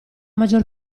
maggior